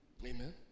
Amen